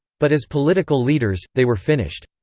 but as political leaders, they were finished.